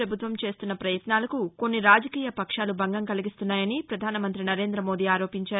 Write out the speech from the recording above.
ప్రభుత్వం చేస్తున్న ప్రయత్నాలకు కొన్ని రాజకీయ పక్షాలు భంగం కలిగిస్తున్నాయని పధాన మంతి నరేందమోదీ ఆరోపించారు